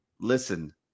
Listen